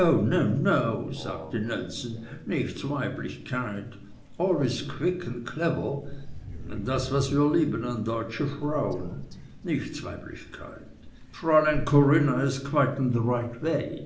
nichts weiblichkeit always quick and clever das is was wir lieben an deutsche frauen nichts weiblichkeit fräulein corinna is